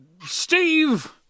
Steve